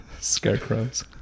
Scarecrows